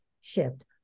shift